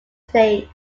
states